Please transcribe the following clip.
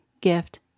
gift